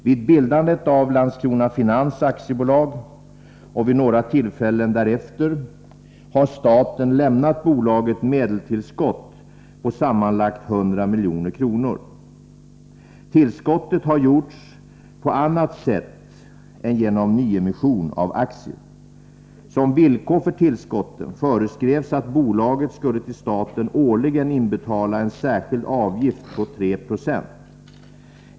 Vid bildandet av Landskrona Finans AB och vid några tillfällen därefter har staten lämnat bolaget medelstillskott på sammanlagt 100 milj.kr. Tillskotten har gjorts på annat sätt än genom nyemission av aktier. Som villkor för tillskotten föreskrevs att bolaget skulle till staten årligen inbetala en särskild avgift på 3 26.